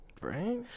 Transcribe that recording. Right